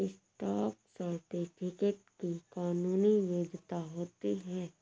stock certificate की कानूनी वैधता होती है